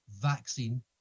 Vaccine